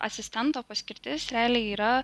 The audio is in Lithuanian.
asistento paskirtis realiai yra